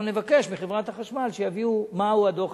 אנחנו נבקש מחברת החשמל שיביאו את הדוח